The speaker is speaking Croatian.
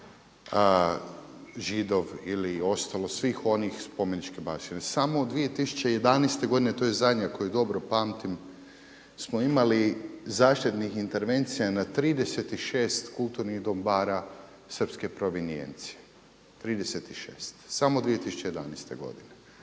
Židov ili ostalo svih onih spomeničke baštine. Samo 2011. godine to je zadnja koju dobro pamtim smo imali zaštitnih intervencija na 36 kulturnih dobara srpske provinijencije, 36 samo 2011. godine.